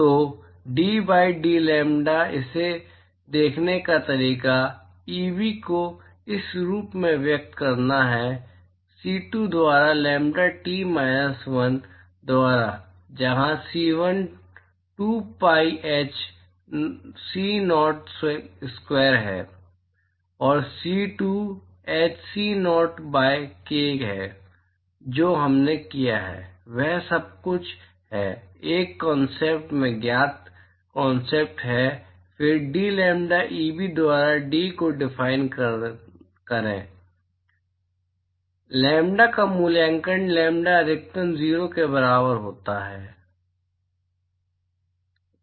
तो d by dlambda इसे देखने का तरीका Eb को इस रूप में व्यक्त करना है C2 द्वारा लैम्ब्डा t माइनस 1 द्वारा जहां C1 2 pi h C naught square है और C2 h c0 by k है जो हमने किया है वह सब कुछ है एक कॉंसटेंट में ज्ञात कॉंसटेंट और फिर dlambda Eb द्वारा d को डिफाइन करें लैम्ब्डा का मूल्यांकन लैम्ब्डा अधिकतम 0 के बराबर होता है